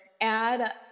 add